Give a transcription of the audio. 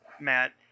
Matt